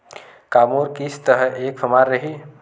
का मोर किस्त ह एक समान रही?